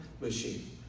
machine